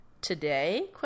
Today